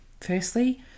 Firstly